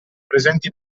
presenti